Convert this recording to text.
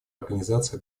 организации